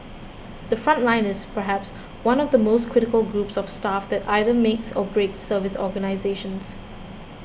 the front line is perhaps one of the most critical groups of staff that either makes or breaks service organisations